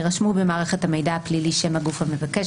יירשמו במערכת המידע הפלילי שם הגוף המבקש,